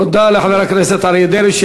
תודה לחבר הכנסת אריה דרעי.